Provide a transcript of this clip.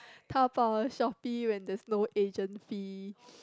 Taobao Shopee when there's no agent fee